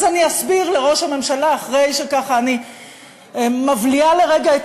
אז אני אסביר לראש הממשלה אחרי שאני מבליעה לרגע את